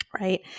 right